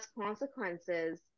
consequences